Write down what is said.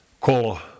Kolo